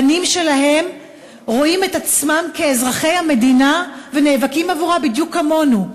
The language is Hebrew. הבנים שלהן רואים את עצמם כאזרחי המדינה ונאבקים עבורה בדיוק כמונו.